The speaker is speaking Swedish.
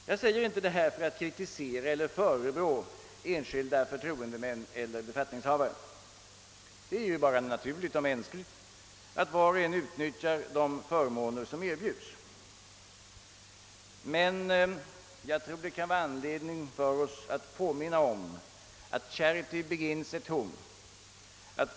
Jag säger inte detta för att kritisera eller rikta förebråelser mot enskilda förtroendemän eller befattningshavare. Det är bara naturligt och mänskligt att var och en utnyttjar de förmåner som erbjuds. Men det kan vara skäl för oss att erinra oss att »charity begins at home».